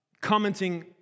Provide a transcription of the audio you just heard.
Commenting